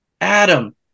Adam